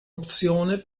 opzione